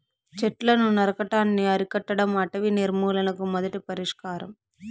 చెట్లను నరకటాన్ని అరికట్టడం అటవీ నిర్మూలనకు మొదటి పరిష్కారం